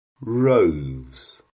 roves